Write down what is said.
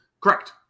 Correct